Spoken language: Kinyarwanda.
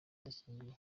idakingiye